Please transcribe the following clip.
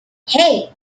hey